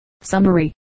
Summary